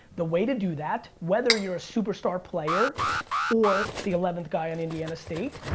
the way to do that, whether you're a superstar player or the eleventh guy on indiana state,